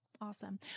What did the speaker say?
Awesome